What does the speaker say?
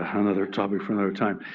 ah another topic for another time.